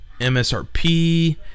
MSRP